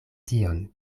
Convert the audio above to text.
tion